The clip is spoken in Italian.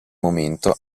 momento